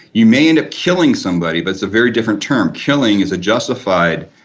you may end up killing somebody but it's a very different term. killing is a justified